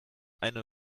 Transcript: eine